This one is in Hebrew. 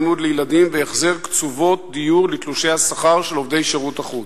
לימוד לילדים והחזר קצובות דיור לתלושי השכר של עובדי שירות החוץ.